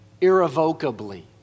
irrevocably